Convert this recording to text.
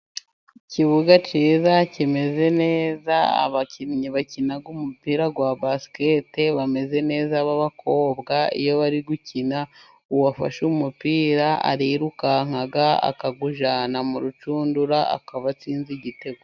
Ikibuga cyiza, kimeze neza, abakinnyi bakina b'umupira wa basiketi bameze neza, b'abakobwa iyo bari gukina; uwafashe umupira arirukanka akawujyana mu rucundura akaba atsinze igitego.